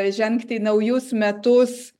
žengt į naujus metus